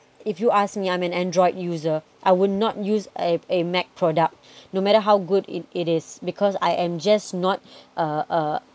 if you ask me I'm an android user I will not use a mac product no matter how good it it is because I am just not uh uh